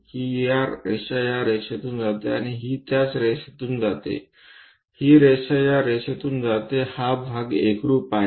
ही रेषा या रेषेतून येते आणि ही त्याच रेषेवरून येते ही रेषा या रेषेतून येते हा भाग एकरुप आहे